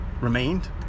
remained